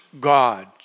God